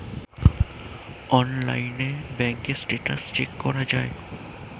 অনলাইনে ব্যাঙ্কের status check করা যায়